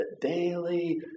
daily